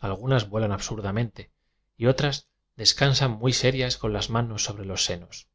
algunas vuelan absurdamente y otras descansan muy serias con las manos sobre los senos